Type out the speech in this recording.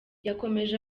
yakomeje